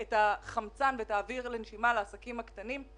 את החמצן והאוויר לנשימה לעסקים הקטנים.